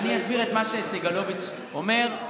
אני אסביר את מה שסגלוביץ' אומר,